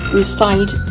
recite